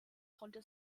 konnte